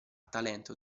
talento